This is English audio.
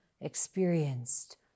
experienced